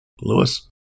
Lewis